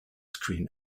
screen